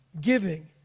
giving